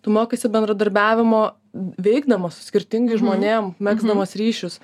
tu mokaisi bendradarbiavimo veikdamas su skirtingais žmonėm megzdamas ryšius